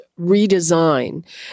redesign